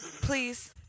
Please